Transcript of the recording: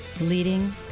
leading